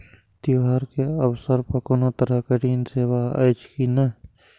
त्योहार के अवसर पर कोनो तरहक ऋण सेवा अछि कि नहिं?